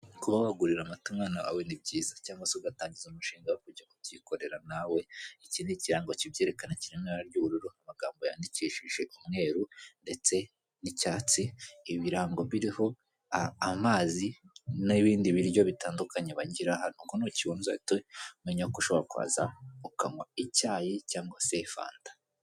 Kuba wagurira amata umwana ni byiza cyangwa se ugatangiza umushinga wo kujya byikorera nawe iki ni ikirango kibyerekana kiri mu ibara ry'ubururu amagambo yandikishije umweru, ndetse n'icyatsi ibirango biriho amazi n'ibindi biryo bitandukanye bagira hano ubwo nukibona ujye uhita umenya ko ushobora kuhaza ukanywa icyayi cyangwa se fanta.